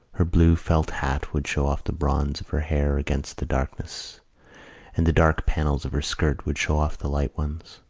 her blue felt hat would show off the bronze of her hair against the darkness and the dark panels of her skirt would show off the light ones.